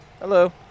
Hello